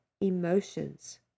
emotions